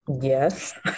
Yes